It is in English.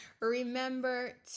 Remember